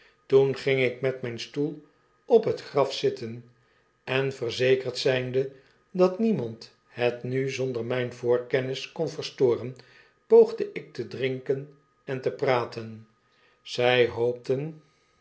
toen ging ik met mijn stoelophetgrafzitten en verzekerd zgnde dat niemand het nu zonder mijn voorkennis kon verstoren poogde ik te drinken en te praten zg hoopten